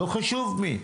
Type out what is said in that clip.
לא חשוב על מי.